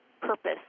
purpose